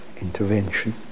intervention